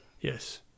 yes